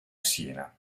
siena